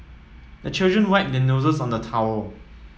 the children wipe their noses on the towel